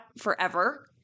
forever